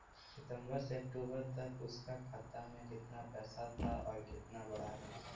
सितंबर से अक्टूबर तक उसका खाता में कीतना पेसा था और कीतना बड़ा?